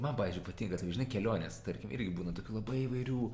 man pavyzdžiui patinka taip žinai kelionės tarkim irgi būna tokių labai įvairių